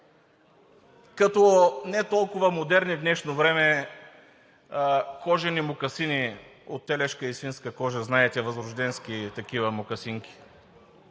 като не толкова модерни в днешно време кожени мокасини от телешка и свинска кожа – знаете, възрожденски такива мокасинки.